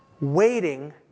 Waiting